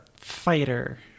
fighter